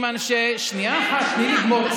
עם אנשי, אנא מכם, שנייה אחת, תני לגמור.